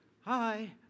hi